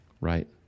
right